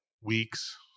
weeks